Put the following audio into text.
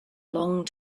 long